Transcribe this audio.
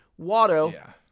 Watto